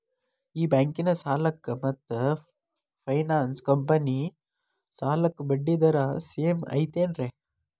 ಈ ಬ್ಯಾಂಕಿನ ಸಾಲಕ್ಕ ಮತ್ತ ಫೈನಾನ್ಸ್ ಕಂಪನಿ ಸಾಲಕ್ಕ ಬಡ್ಡಿ ದರ ಸೇಮ್ ಐತೇನ್ರೇ?